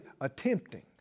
attempting